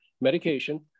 medication